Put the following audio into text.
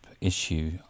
issue